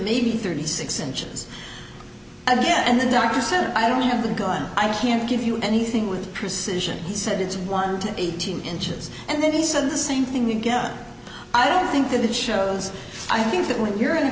maybe thirty six inches and the doctor said i don't have the gun i can't give you anything with precision he said it's one to eighteen inches and then he said the same thing again i don't think that it shows i think that when you're in